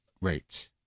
rates